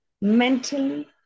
mentally